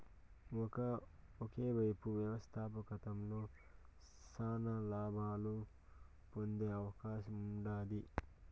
ఒకేపు వ్యవస్థాపకతలో శానా లాబాలు పొందే అవకాశముండాది